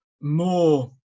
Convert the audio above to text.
more